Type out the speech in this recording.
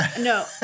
No